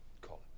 call